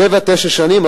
שבע תשע שנים,